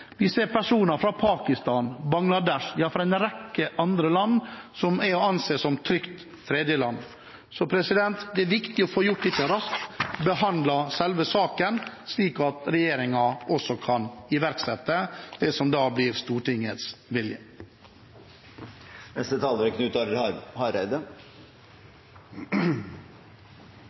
Vi ser personer fra Pakistan, Bangladesh og en rekke andre land som er å anse som trygge tredjeland. Det er viktig å få gjort dette raskt, behandle selve saken, slik at regjeringen kan iverksette det som blir Stortingets vilje. Dette er ein ekstraordinær situasjon som treng ekstraordinære tiltak. Det er